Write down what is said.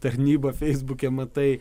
tarnybą feisbuke matai